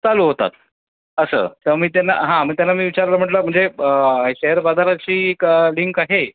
चालू होतात असं तर मी त्यांना हां मग त्यांना मी विचारलं म्हटलं म्हणजे प् शेअर बाजाराशी क् लिंक आहे